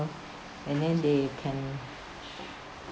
and then they can